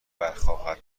برخواهد